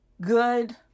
good